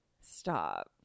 Stop